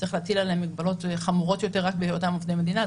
צריך להטיל עליהם מגבלות חמורות יותר רק בהיותם עובדי מדינה.